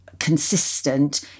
consistent